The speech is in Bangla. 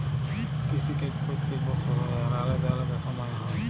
কিসি কাজ প্যত্তেক বসর হ্যয় আর আলেদা আলেদা সময়ে হ্যয়